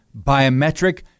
biometric